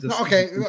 Okay